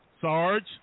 Sarge